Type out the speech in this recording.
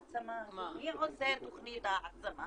מי עושה את תוכנית ההעצמה